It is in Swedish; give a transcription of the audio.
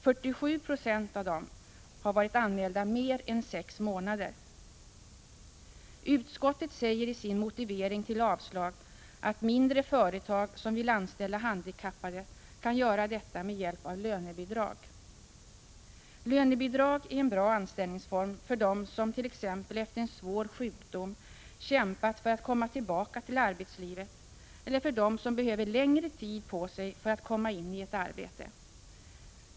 47 Jo av dem hade varit anmälda mer än sex månader. Utskottet säger i sin motivering till avslag att mindre företag som vill anställa handikappade kan göra detta med hjälp av lönebidrag. Lönebidrag är en bra anställningsform för dem som t.ex. efter en svår sjukdom kämpat för att komma tillbaka till arbetslivet eller för dem som behöver längre tid på sig för att komma in i ett arbete.